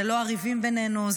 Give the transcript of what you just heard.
זה לא הריבים בינינו,